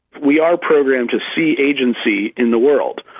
we are programmed to see agency in the world,